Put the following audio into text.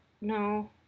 No